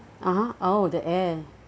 (uh huh) oh the air